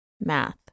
Math